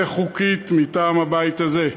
וחוקית מטעם הבית הזה.